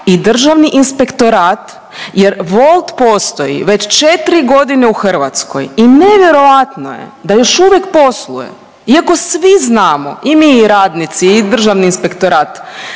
i Državni inspektorat jer Wolt postoji već 4 godine u Hrvatskoj i nevjerojatno je da još uvijek posluje iako svi znamo i mi i radnici i Državni inspektorat